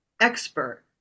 expert